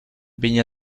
viña